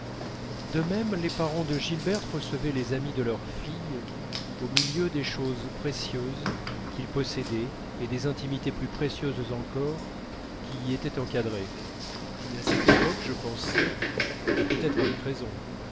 de même les parents de gilberte recevaient les amis de leur fille au milieu des choses précieuses qu'ils possédaient et des intimités plus précieuses encore qui y étaient encadrées mais à cette époque je pensais et peut-être avec raison